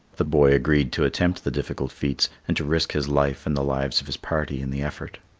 the boy agreed to attempt the difficult feats and to risk his life and the lives of his party in the effort.